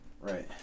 right